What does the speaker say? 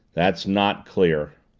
that's not clear.